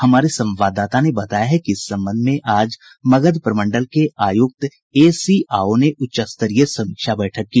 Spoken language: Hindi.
हमारे संवाददाता ने बताया है कि इस संबंध में आज मगध प्रमंडल के आयुक्त एसी आओ ने उच्चस्तरीय समीक्षा बैठक की